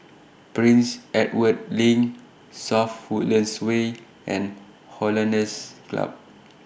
Prince Edward LINK South Woodlands Way and Hollandse Club